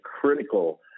critical